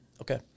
okay